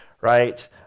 right